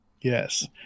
Yes